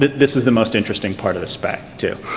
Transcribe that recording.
this is the most interesting part of the spec too.